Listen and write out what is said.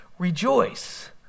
rejoice